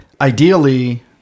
ideally